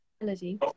Melody